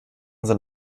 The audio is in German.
sind